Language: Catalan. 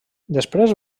després